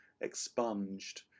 expunged